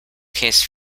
case